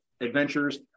adventures